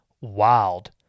Wild